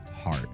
heart